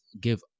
give